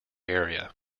area